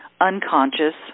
unconscious